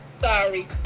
Sorry